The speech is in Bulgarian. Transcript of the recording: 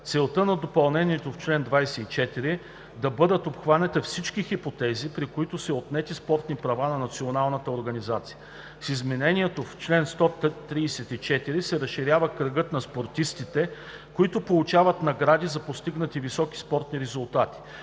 Целта на допълнението в чл. 24 е да бъдат обхванати всички хипотези, при които са отнети спортните права на националната организация. С изменението в чл. 134 се разширява кръгът на спортистите, които получават награди за постигнати високи спортни резултати.